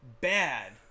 Bad